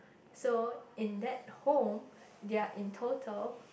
so in that home they are in total